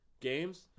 games